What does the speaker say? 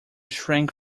shrank